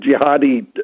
jihadi